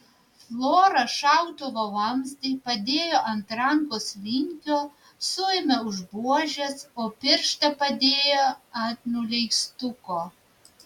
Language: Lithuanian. flora šautuvo vamzdį padėjo ant rankos linkio suėmė už buožės o pirštą padėjo ant nuleistuko